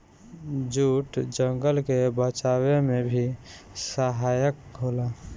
jute जंगल के बचावे में भी सहायक होला